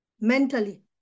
mentally